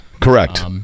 Correct